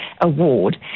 award